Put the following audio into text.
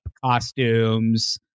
costumes